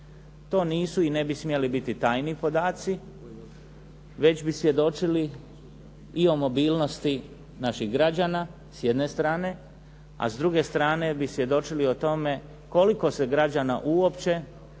To nisu i ne bi smjeli biti tajni podaci, već bi svjedočili i o mobilnosti naših građana, s jedne strane, a s druge strane bi svjedočili o tome koliko se građana uopće